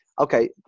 Okay